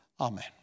amen